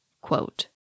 Quote